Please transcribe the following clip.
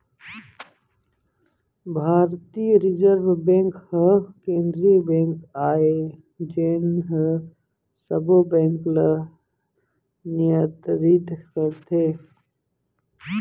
भारतीय reserve bank ह केंद्रीय बेंक आय जेन ह सबो बेंक ल नियतरित करथे